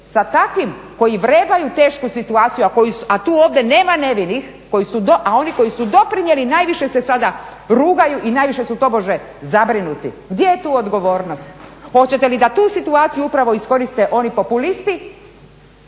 Sa takvim koji vrebaju tešku situaciju a tu, ovdje nema nevinih koji su, a oni koji su doprinijeli najviše se sada rugaju i najviše su tobože zabrinuti. Gdje je tu odgovornost? Hoćete li da tu situaciju upravo iskoriste oni populisti,